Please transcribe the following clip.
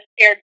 scared